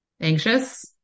Anxious